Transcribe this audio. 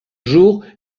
jours